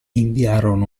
inviarono